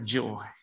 joy